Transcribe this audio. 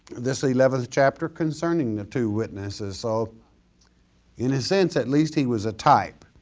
this eleventh chapter concerning the two witnesses. so in a sense at least he was a type.